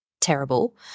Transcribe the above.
terrible